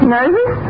Nervous